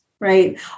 right